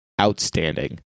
outstanding